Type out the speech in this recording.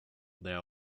there